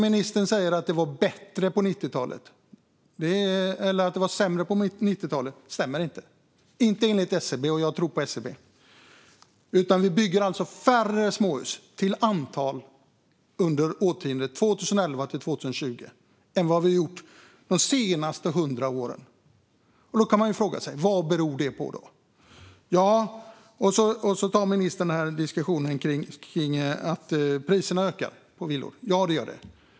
Ministern säger att det var sämre på 90-talet, men det stämmer inte. Inte enligt SCB, och jag tror på SCB. Vi bygger alltså till antalet färre småhus under årtiondet 2011-2020 än vad vi har gjort de senaste 100 åren. Vad beror det på? Ministern tar upp diskussionen om att priserna på villor har ökat. Ja, priserna har ökat.